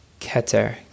keter